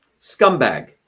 Scumbag